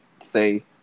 say